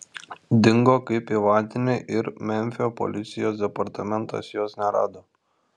dingo kaip į vandenį ir memfio policijos departamentas jos nerado